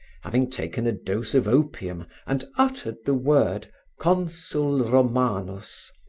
having taken a dose of opium and uttered the word consul romanus,